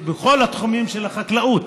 בכל התחומים של החקלאות.